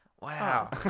Wow